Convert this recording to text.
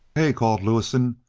hey! called lewison.